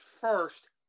first